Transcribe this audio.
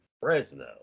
Fresno